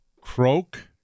croak